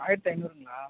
ஆயிரத்து ஐந்நூறுங்களா